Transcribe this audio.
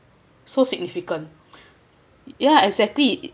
so significant yeah exactly